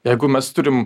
jeigu mes turim